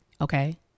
Okay